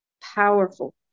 powerful